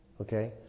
Okay